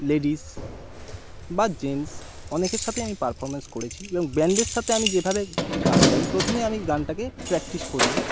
ladies বা gents অনেকের সাথেই আমি পারফর্মেন্স করেছি এবং ব্যাণ্ডের সাথে আমি যেভাবে গান গাই প্রথমে আমি গানটাকে প্র্যাকটিস করে নিই